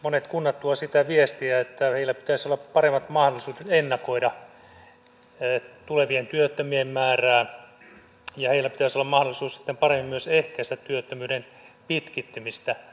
monet kunnat tuovat sitä viestiä että heillä pitäisi olla paremmat mahdollisuudet ennakoida tulevien työttömien määrää ja heillä pitäisi olla mahdollisuus sitten paremmin myös ehkäistä työttömyyden pitkittymistä